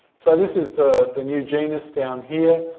so this is the the new genus down here,